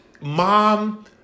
Mom